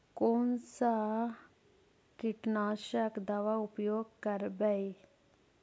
कोन सा कीटनाशक दवा उपयोग करबय?